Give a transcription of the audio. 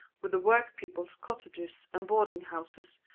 with the work-people's cottages and boarding-houses,